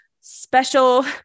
special